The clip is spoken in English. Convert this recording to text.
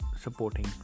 supporting